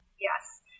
Yes